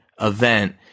event